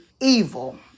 evil